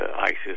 ISIS